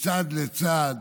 מצד לצד.